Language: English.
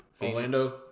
Orlando